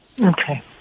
Okay